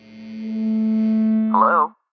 Hello